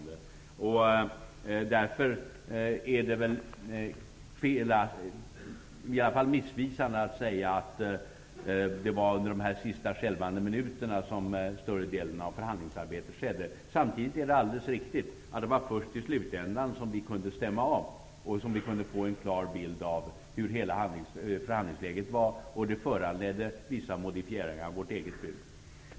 Därför är det fel eller åtminstone missvisande att säga att större delen av förhandlingsarbetet skedde under de sista skälvande minuterna. Samtidigt är det helt riktigt att det var först i slutändan som vi kunde stämma av och få en klar bild av hela förhandlingsläget. Det föranledde vissa modifieringar av vårt eget bud.